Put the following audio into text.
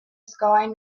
sky